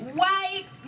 white